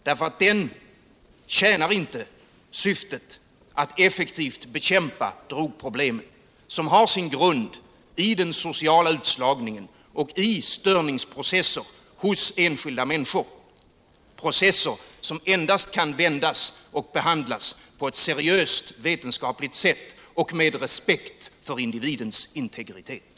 Den tjänar nämligen inte syftet att effektivt bekämpa drogproblemet, vilket har sin grund i den sociala utslagningen och i störningsprocesser hos enskilda människor, processer som endast kan vändas och behandlas på ett seriöst vetenskapligt sätt och med respekt för individens integritet.